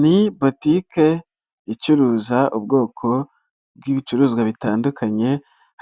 Ni botike icuruza ubwoko bw'ibicuruzwa bitandukanye,